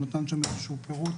הוא נתן שם איזה שהוא פירוט.